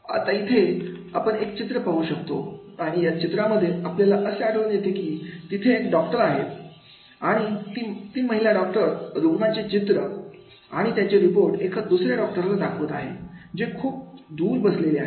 आता इथे आपण एक चित्र पाहू शकतो आणि या चित्रांमध्ये आपल्याला असे आढळून येते की तिथे एक डॉक्टर आहे आणि ती महिला डॉक्टर रुग्णाचे चित्र आणि त्याचे रिपोर्ट एका दुसऱ्या डॉक्टरला दाखवत आहे जे खूप दूर बसलेले आहेत